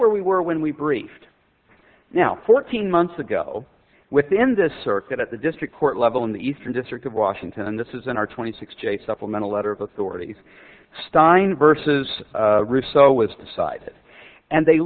where we were when we briefed now fourteen months ago within this circuit at the district court level in the eastern district of washington and this is in our twenty six j supplemental letter of authorities stein versus russo was decided and they